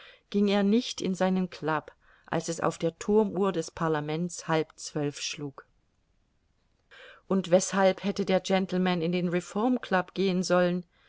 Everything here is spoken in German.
ging er nicht in seinen club als es auf der thurmuhr des parlaments halb zwölf schlug und weshalb hätte der gentleman in den reform club gehen sollen